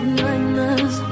nightmares